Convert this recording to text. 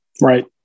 Right